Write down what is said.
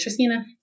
Tristina